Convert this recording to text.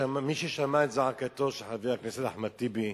מי ששמע את זעקתו של חבר הכנסת אחמד טיבי,